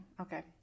okay